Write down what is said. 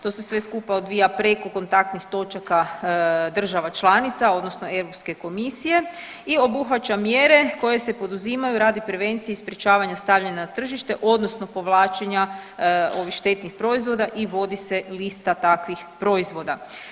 To se sve skupa odvija preko kontaktnih točaka država članica odnosno Europske komisije i obuhvaća mjere koje se poduzimaju radi prevencije i sprječavanja stavljanja na tržište odnosno povlačenja ovih štetnih proizvoda i vodi se lista takvih proizvoda.